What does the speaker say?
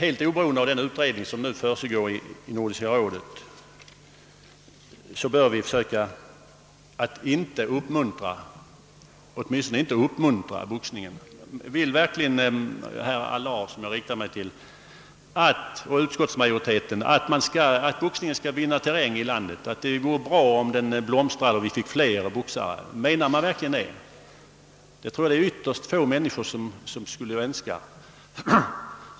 Helt oberoende av den utredning som nu försiggår inom Nordiska rådet bör vi försöka att åtminstone inte uppmuntra boxningen. Vill verkligen herr Allard, som jag nu riktar mig till, och utskottsmajoriteten att boxningen skall vinna terräng här i landet? Tycker ni att det vore bra, om den blomstrade och vi fick flera boxare? Menar man verkligen det? Jag tror att det är ytterst få människor som skulle önska det.